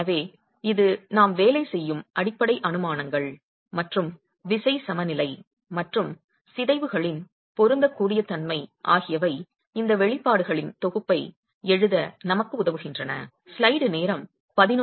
எனவே இது நாம் வேலை செய்யும் அடிப்படை அனுமானங்கள் மற்றும் விசை சமநிலை மற்றும் சிதைவுகளின் பொருந்தக்கூடிய தன்மை ஆகியவை இந்த வெளிப்பாடுகளின் தொகுப்பை எழுத நமக்கு உதவுகின்றன